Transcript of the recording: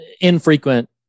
infrequent